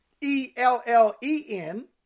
E-L-L-E-N